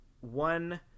one